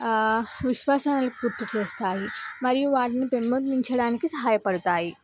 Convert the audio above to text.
విశ్వాసాలు గుర్తు చేస్తాయి మరియు వాటిని పెంపొందించడానికి సహాయపడతాయి